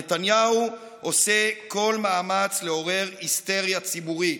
נתניהו עושה כל מאמץ לעורר היסטריה ציבורית.